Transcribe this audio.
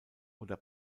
oder